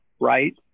right